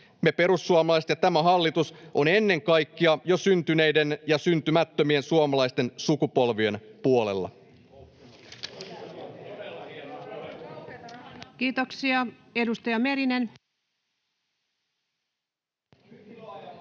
Me perussuomalaiset ja tämä hallitus olemme ennen kaikkea jo syntyneiden ja vielä syntymättömien suomalaisten sukupolvien puolella. [Speech 9] Speaker: